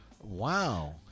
Wow